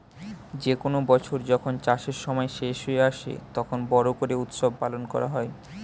যে কোনো বছর যখন চাষের সময় শেষ হয়ে আসে, তখন বড়ো করে উৎসব পালন করা হয়